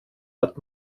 hat